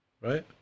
right